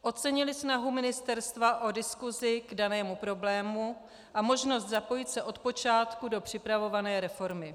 Ocenili snahu ministerstva o diskusi k danému problému a možnost zapojit se od počátku do připravované reformy.